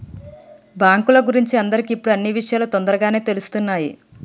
బాంకుల గురించి అందరికి ఇప్పుడు అన్నీ ఇషయాలు తోందరగానే తెలుస్తున్నాయి